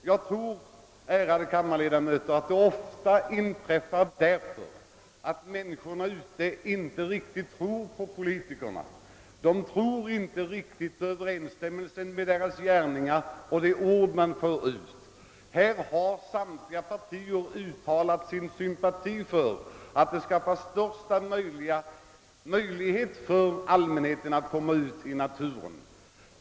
Jag tror, ärade kammarledamöter, att sådana aktioner ofta inträffar därför att människorna inte riktigt tror på politikerna. De tror inte på en överensstämmelse mellan politikernas gärningar och deras ord. Samtliga partier har uttalat sin sympati för att det skapas bästa tänkbara möjligheter för allmänheten att komma ut i naturen.